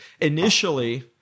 Initially